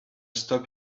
stop